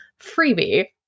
freebie